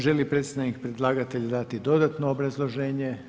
Želi li predstavnik predlagatelja dati dodatno obrazloženje?